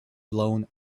blown